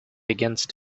against